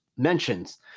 Mentions